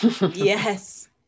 Yes